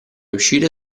uscire